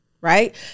right